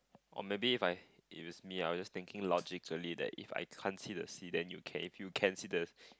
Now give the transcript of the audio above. or maybe if I if it's me I will just thinking logically that if I can't see the sea then you can if you can see the